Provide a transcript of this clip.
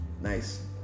Nice